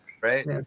right